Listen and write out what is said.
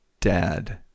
dad